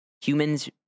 humans